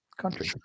country